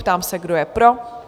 Ptám se, kdo je pro?